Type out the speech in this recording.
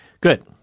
Good